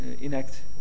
enact